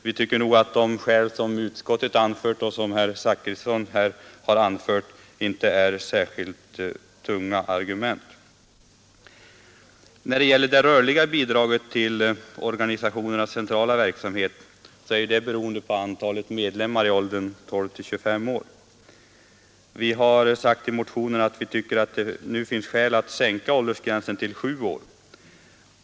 Vi tycker nog att de skäl som utskottet och herr Zachrisson har anfört inte är några särskilt tunga argument. Det rörliga bidraget till ungdomsorganisationernas centrala verksamhet är beroende på antalet medlemmar i åldern 12—25 år. Vi har sagt i motionen att vi tycker att det nu finns skäl att sänka åldersgränsen till 7 år.